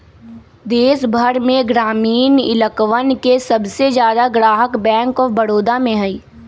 देश भर में ग्रामीण इलकवन के सबसे ज्यादा ग्राहक बैंक आफ बडौदा में हई